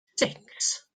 six